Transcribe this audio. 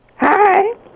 Hi